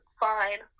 fine